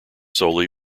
solely